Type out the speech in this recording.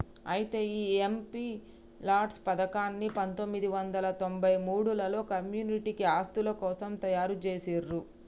అయితే ఈ MP LADS పథకాన్ని పందొమ్మిది వందల తొంభై మూడులలో కమ్యూనిటీ ఆస్తుల కోసం తయారు జేసిర్రు